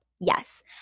yes